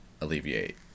alleviate